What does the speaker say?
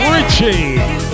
Richie